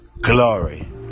glory